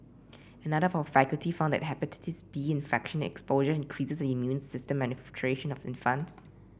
another of our faculty found that Hepatitis B infection exposure increases the immune system maturation of infants